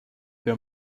pea